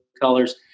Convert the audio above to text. colors